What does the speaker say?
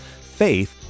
Faith